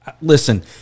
Listen